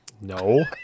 No